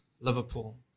Liverpool